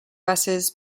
buses